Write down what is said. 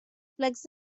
plecs